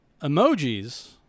Emojis